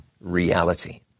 reality